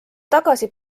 tagasi